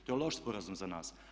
To je loš sporazum za nas.